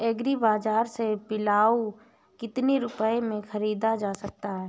Agree बाजार से पिलाऊ कितनी रुपये में ख़रीदा जा सकता है?